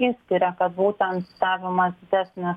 išskiria kad būtent stebimas didesnis